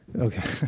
Okay